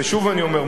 ושוב אני אומר,